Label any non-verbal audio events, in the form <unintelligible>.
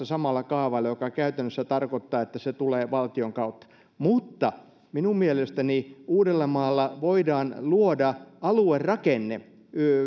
<unintelligible> samalla kaavalla mikä käytännössä tarkoittaa että se tulee valtion kautta minun mielestäni uudellamaalla voidaan luoda aluerakenne